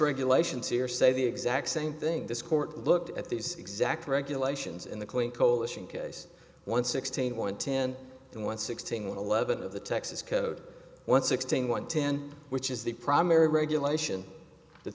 regulations here say the exact same thing this court looked at these exact regulations in the clink coalition case one sixteen one ten and one sixteen one eleven of the texas code one sixteen one ten which is the primary regulation that